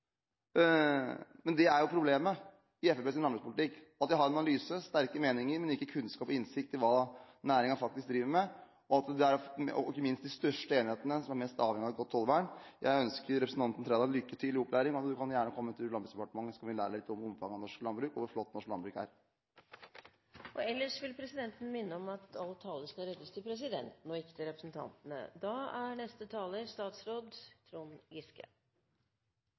Men det er problemet med Fremskrittspartiets landbrukspolitikk: De har analyser og sterke meninger, men ikke kunnskap om og innsikt i hva næringen faktisk driver med – og at det ikke minst er de største enhetene som er mest avhengige av et godt tollvern. Jeg ønsker representanten Trældal lykke til med opplæringen. Du kan gjerne komme til Landbruksdepartementet og lære litt om omfanget av norsk landbruk og hvor flott norsk landbruk er. Presidenten vil minne om at all tale skal rettes til